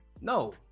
No